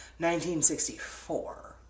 1964